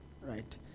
right